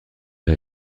est